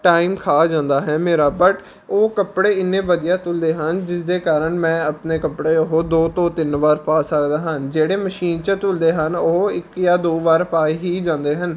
time ਖਾ ਜਾਂਦਾ ਹੈ ਮੇਰਾ ਬਟ ਉਹ ਕੱਪੜੇ ਐਨੇ ਵਧੀਆ ਧੁੱਲਦੇ ਹਨ ਜਿਸਦੇ ਕਾਰਨ ਮੈਂ ਆਪਣੇ ਕੱਪੜੇ ਉਹ ਦੋ ਤੋਂ ਤਿੰਨ ਵਾਰ ਪਾ ਸਕਦਾ ਹਾਂ ਜਿਹੜੇ ਮਸ਼ੀਨ 'ਚ ਧੁੱਲਦੇ ਹਨ ਉਹ ਇੱਕ ਜਾਂ ਦੋ ਵਾਰ ਪਾਏ ਹੀ ਜਾਂਦੇ ਹਨ